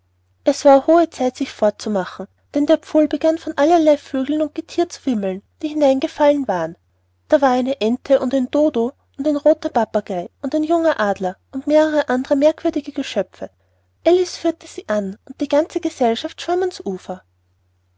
es war hohe zeit sich fortzumachen denn der pfuhl begann von allerlei vögeln und gethier zu wimmeln die hinein gefallen waren da war eine ente und ein dodo ein rother papagei und ein junger adler und mehre andere merkwürdige geschöpfe alice führte sie an und die ganze gesellschaft schwamm an's ufer